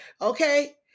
Okay